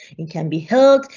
it can be held,